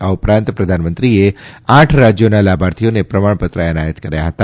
આ ઉપરાંત પ્રધાનમંત્રીએ આઠ રાજ્યોના લાભાર્થીઓને પ્રમાણપત્ર એનાયત કર્યા હતા